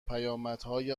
پیامدهای